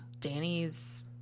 Danny's